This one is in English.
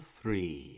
three